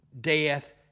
death